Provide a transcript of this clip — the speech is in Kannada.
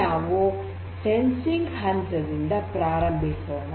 ನಾವು ಈಗ ಸಂವೇದಕ ಹಂತದಿಂದ ಪ್ರಾರಂಭಿಸೋಣ